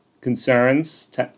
concerns